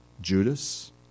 Judas